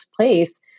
place